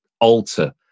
alter